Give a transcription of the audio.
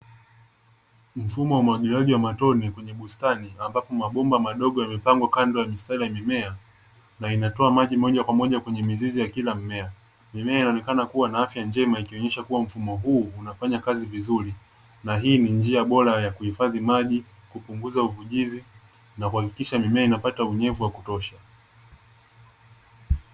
Mfumo wa umwagiliaji wa matone, kwenye bustani ambapo mabomba madogo yamepangwa kando ya mistari ya mimea na inatoa maji moja kwa moja kwenye kila mizizi ya mimea. Mimea inaoneka kuwa na afya njema kuonyesha mfumo huu unafanyakazi vizuri na hii ni njia bora ya kuhifadhi maji, kupunguza uvujizi na kuhakikisha mimea inapata unyevu wa kutosha.